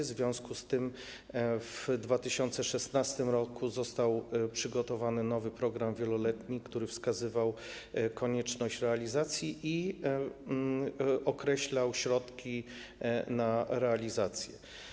W związku z tym w 2016 r. został przygotowany nowy program wieloletni, który wskazywał konieczność realizacji tej inwestycji i określał środki na jej realizację.